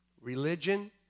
Religion